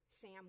Sam